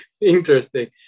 Interesting